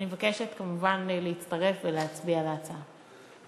אני מבקשת, כמובן, להצטרף ולהצביע בעד ההצעה.